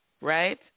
Right